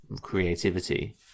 creativity